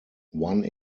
one